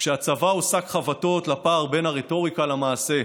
כשהצבא הוא שק חבטות לפער בין הרטוריקה למעשה?